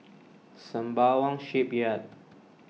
Sembawang Shipyard